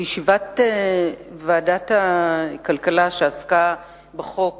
בישיבת ועדת הכלכלה שעסקה בחוק